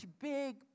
big